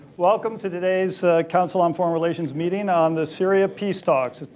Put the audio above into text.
welcome to todays council on foreign relations meeting on the syria peace talks.